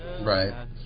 Right